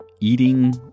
eating